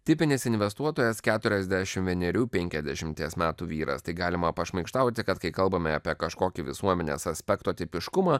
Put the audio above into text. tipinis investuotojasketuriasdešimt vienerių penkiasdešimties metų vyras tai galima pašmaikštauti kad kai kalbame apie kažkokį visuomenės aspekto tipiškumą